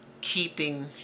keeping